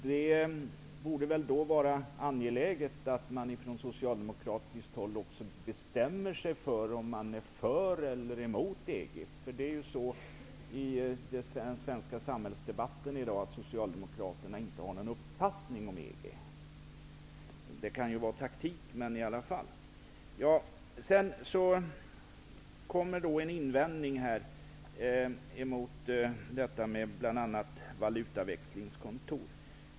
Då borde det också vara angeläget att man på socialdemokratiskt håll också bestämmer sig för om man är för eller emot EG. I den svenska samhällsdebatten har ju inte Socialdemokraterna uttalat någon egen bestämd uppfattning om EG. Det kan vara taktik. Alf Eriksson invänder bl.a. gällande valutaväxlingskontor.